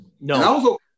No